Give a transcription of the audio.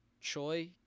Choi